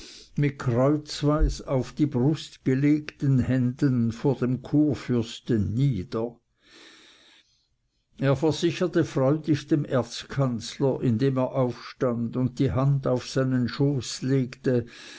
mit kreuzweis auf die brust gelegten händen vor dem kurfürsten nieder er versicherte freudig dem erzkanzler indem er aufstand und die hand auf seinen schoß legte